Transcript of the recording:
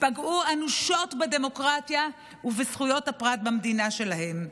פגעו אנושות בדמוקרטיה ובזכויות הפרט במדינה שלהם.